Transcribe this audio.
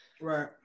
Right